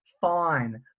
fine